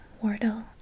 Wardell